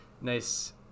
nice